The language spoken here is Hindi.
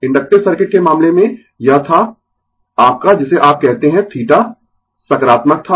इन्डक्टिव सर्किट के मामले में यह था आपका जिसे आप कहते है θ सकारात्मक था